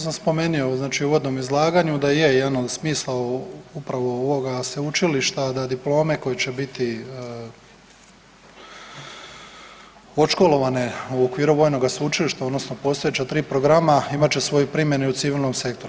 To sam spomenio znači u uvodnom izlaganju da je jedan od smisla upravo ovoga sveučilišta da diplome koje će biti odškolovane u okviru vojnoga sveučilišta odnosno postojeća 3 programa imat će svoju primjenu i u civilnom sektoru.